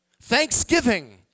thanksgiving